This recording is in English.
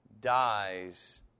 dies